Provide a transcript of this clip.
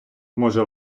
може